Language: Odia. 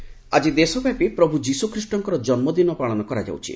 ଖ୍ରୀଷ୍ଟମାସ୍ ଆଜି ଦେଶବ୍ୟାପୀ ପ୍ରଭୁ ଯୀଶୁଖ୍ରୀଷ୍ଟଙ୍କର ଜନ୍ମଦିନ ପାଳନ କରାଯାଉଛି